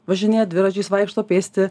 važinėja dviračiais vaikšto pėsti